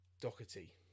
Doherty